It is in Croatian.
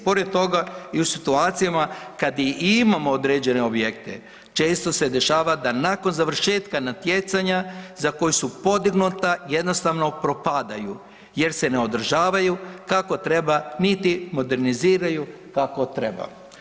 Pored toga i u situacijama kad i imamo određene objekte često se dešava da nakon završetka natjecanja za koja su podignuta jednostavno propadaju jer se ne održavaju kako treba, niti moderniziraju kako treba.